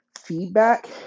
feedback